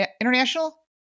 International